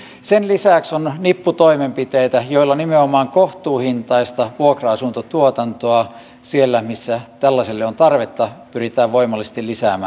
sen lisäksi on nippu toimenpiteitä joilla nimenomaan kohtuuhintaista vuokra asuntotuotantoa siellä missä tällaiselle on tarvetta pyritään voimallisesti lisäämään